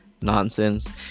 nonsense